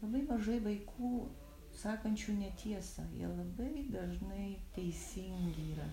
labai mažai vaikų sakančių netiesą jie labai dažnai teisingi yra